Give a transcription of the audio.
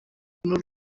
n’u